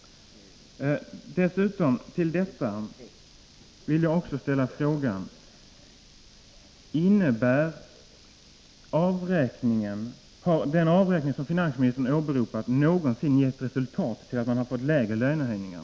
Dessutom vill jag ställa frågan: Har den avräkning som finansministern åberopat någonsin gett till resultat att man fått lägre lönehöjningar?